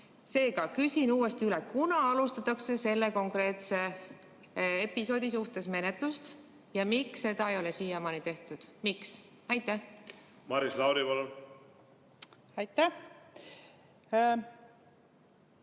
Seega küsin uuesti üle: kunas alustatakse selle konkreetse episoodi suhtes menetlust ja miks seda ei ole siiamaani tehtud? Miks? Aitäh, lugupeetud